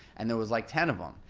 and there was like ten of them.